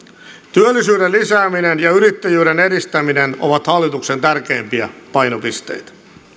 työllisyyden lisääminen ja yrittäjyyden edistäminen ovat hallituksen tärkeimpiä painopisteitä